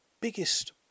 biggest